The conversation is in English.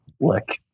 look